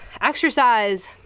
exercise